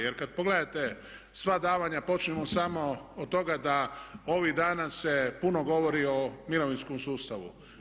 Jer kada pogledate sva davanja, počnimo samo od toga da ovih dana se puno govori o mirovinskom sustavu.